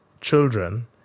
children